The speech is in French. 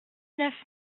neuf